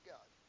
God